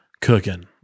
cooking